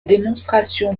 démonstration